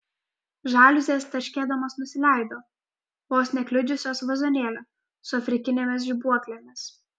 žaliuzės tarškėdamos nusileido vos nekliudžiusios vazonėlio su afrikinėmis žibuoklėmis